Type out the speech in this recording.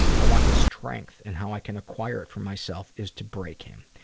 i want his strength and how i can acquire it for myself is to break him.